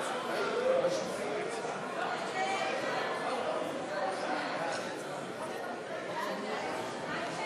את הצעת חוק לקידום החינוך המוזיקלי בישראל,